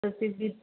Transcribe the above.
तस्य बिल्